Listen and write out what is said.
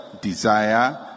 desire